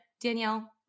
Danielle